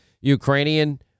Ukrainian